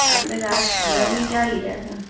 آپ نے رات ڈنر میں کیا لیا تھا